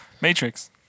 Matrix